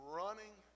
running